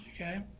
okay